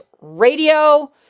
Radio